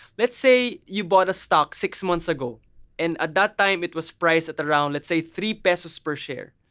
let's say, you bought a stock six months ago and at that time it was priced at around, let's say three pesos per share.